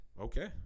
Okay